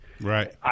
Right